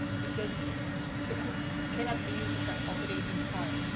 because it's it cannot be used as an operating fund.